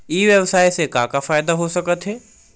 ई व्यवसाय से का का फ़ायदा हो सकत हे?